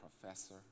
professor